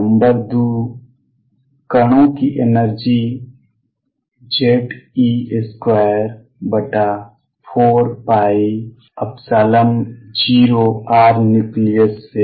number 2 कणों की energy Ze24π0Rnucleus से कम है